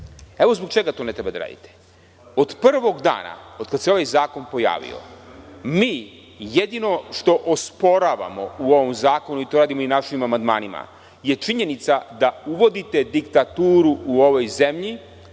Evo zbog čega to ne treba da radite. Od prvog dana od kada se ovaj zakon pojavio mi jedino što osporavamo u ovom zakonu, i to radimo našim amandmanima, je činjenica da uvodite diktaturu u ovoj zemlji